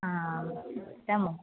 आम् उत्तमम्